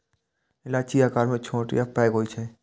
इलायची आकार मे छोट आ पैघ होइ छै